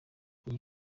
iyi